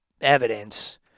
evidence